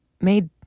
made